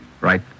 right